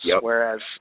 Whereas